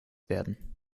werden